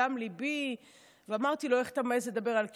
ומדם ליבי אמרתי לו: איך אתה מעז לדבר על קיפוח?